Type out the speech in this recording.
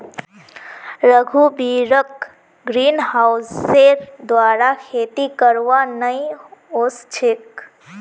रघुवीरक ग्रीनहाउसेर द्वारा खेती करवा नइ ओस छेक